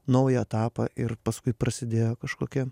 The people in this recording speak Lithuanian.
naują etapą ir paskui prasidėjo kažkokie